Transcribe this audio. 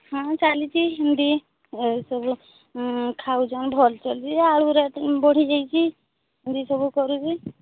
ହଁ ଚାଲିଛି ହେମିତି ସବୁ ଖାଉଛନ୍ତି ଭଲ ଚାଲିଛି ଆଳୁ ରେଟ୍ ବଢ଼ି ଯାଇଛି ଏମିତି ସବୁ କରୁଛି